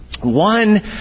One